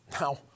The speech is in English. Now